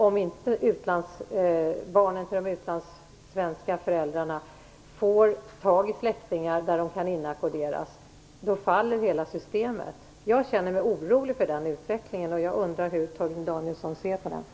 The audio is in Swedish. Om inte barn till utlandssvenskar har släktingar där de kan inackorderas faller hela systemet. Jag känner mig orolig för den utvecklingen, och jag undrar hur Torgny Danielsson ser på detta.